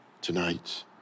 tonight